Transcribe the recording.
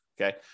Okay